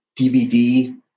DVD